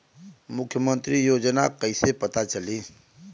मुख्यमंत्री योजना कइसे पता चली?